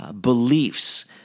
beliefs